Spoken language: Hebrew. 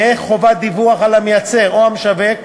תהא חובת דיווח על המייצר או המשווק,